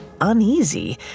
uneasy